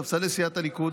ספסלי לשכת הליכוד,